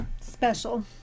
special